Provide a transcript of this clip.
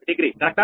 03 degree అవునా